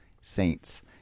Saints